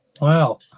Wow